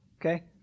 Okay